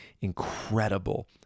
incredible